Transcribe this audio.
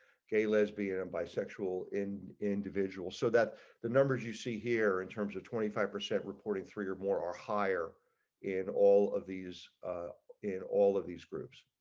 gay lesbian bisexual in individual so that the numbers you see here in terms of twenty five percent reporting three or more are higher in all of these in all of these groups.